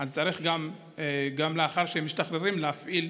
אז צריך גם לאחר שהם משתחררים להפעיל,